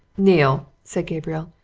neale, said gabriel,